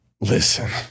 listen